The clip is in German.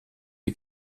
die